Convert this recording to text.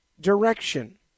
direction